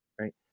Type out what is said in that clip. right